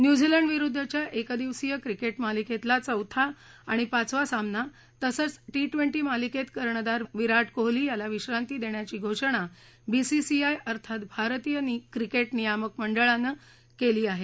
न्यूझीलंडविरुद्दच्या एकदिवसीय क्रिकेट मालिकेतला चौथा आणि पाचवा सामना तसंच टी टवेंटी मालिकेत कर्णधार विराट कोहली याला विश्रांती देण्याची घोषणा बीसीसीआय अर्थात भारतीय क्रिकेट नियामक मंडळानं केली आहे